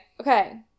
Okay